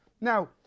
Now